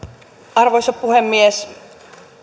arvoisa puhemies